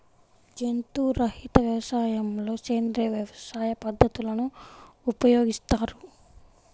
జంతు రహిత వ్యవసాయంలో సేంద్రీయ వ్యవసాయ పద్ధతులను ఉపయోగిస్తారు